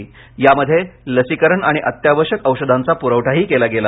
या यामध्ये लसीकरण आणि अत्यावश्यक औषधांचा पुरवठाही केला गेला